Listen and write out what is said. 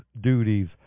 duties